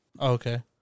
Okay